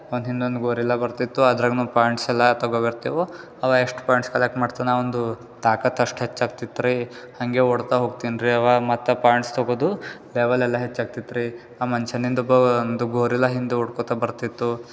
ಅವ್ನ ಹಿಂದೊಂದು ಗೋರಿಲ್ಲಾ ಬರ್ತಿತ್ತು ಅದರಾಗೆ ನಮ್ಮ ಪಾಯಿಂಟ್ಸ್ ಎಲ್ಲ ತೊಗೋಬರ್ತೇವು ಅವು ಎಷ್ಟು ಪಾಯಿಂಟ್ಸ್ ಕಲೆಕ್ಟ್ ಮಾಡ್ತಾನೆ ಅವನದು ತಾಕತ್ತು ಅಷ್ಟು ಹೆಚ್ಚಾಗ್ತಿತ್ತು ರೀ ಹಂಗೆ ಓಡ್ತಾ ಹೋಗ್ತಿದ ರೀ ಅವ ಮತ್ತೆ ಪಾಯಿಂಟ್ಸ್ ತೊಗೋದು ಲೆವೆಲೆಲ್ಲ ಹೆಚ್ಚಾಗ್ತಿತ್ತು ರೀ ಆ ಮನ್ಷನಿಂದ ಒಬ್ಬ ಒಂದು ಗೋರಿಲ್ಲ ಹಿಂದೆ ಓಡ್ಕೋತ ಬರ್ತಿತ್ತು